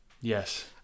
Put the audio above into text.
Yes